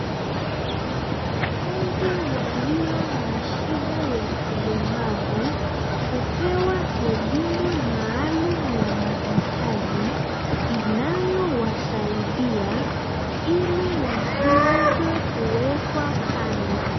Wanafunzi walio na shida ya ulemavu, hupewa elimu maalam ya mahitaji inayowasaidia ili wasiwezwe kuwekwa kando.